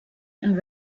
and